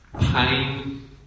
pain